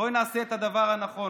בואי נעשה את הדבר הנכון.